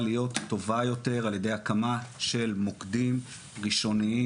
להיות טובה יותר על ידי הקמה של מוקדים ראשוניים